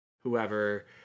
whoever